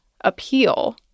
appeal